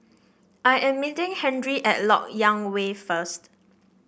I am meeting Henry at LoK Yang Way first